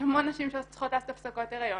יש המון נשים שצריכות לעשות הפסקות הריון.